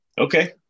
Okay